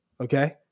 Okay